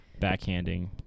backhanding